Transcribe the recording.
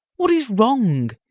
what is wrong?